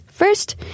First